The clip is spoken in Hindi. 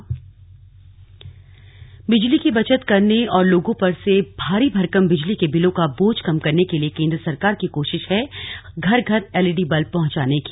स्लग एलईडी बल्ब बिजली की बचत करने और लोगों पर से भारी भरकम बिजली के बिलों का बोझ कम करने के लिए केंद्र सरकार की कोशिश है घर घर एलईडी बल्ब पहुंचाने की